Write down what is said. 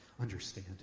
understand